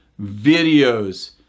videos